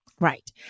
Right